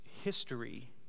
history